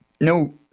no